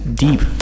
deep